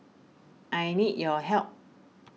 I need your help